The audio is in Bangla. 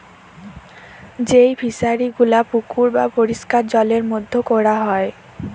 যেই ফিশারি গুলা পুকুর বা পরিষ্কার জলের মধ্যে কোরা হয়